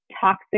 toxic